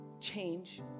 change